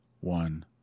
one